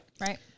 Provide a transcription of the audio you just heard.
right